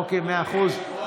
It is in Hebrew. אוקיי, מאה אחוז.